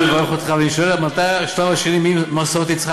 ממש לא.